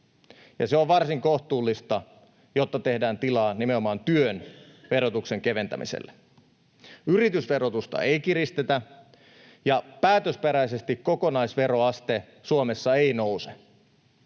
se on varsin kohtuullista, jotta tehdään tilaa nimenomaan työn verotuksen keventämiselle. Yritysverotusta ei kiristetä, ja päätösperäisesti kokonaisveroaste Suomessa ei nouse.